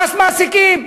מס מעסיקים.